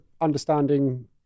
understanding